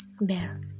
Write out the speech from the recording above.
Bear